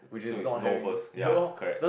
so it's no first ya correct